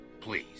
please